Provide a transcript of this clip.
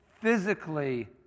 physically